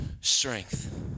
strength